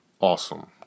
awesome